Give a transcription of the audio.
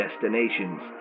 destinations